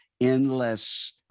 endless